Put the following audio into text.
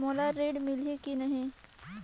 मोला ऋण मिलही की नहीं?